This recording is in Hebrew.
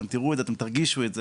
אתם תראו את זה, אתם תרגישו את זה.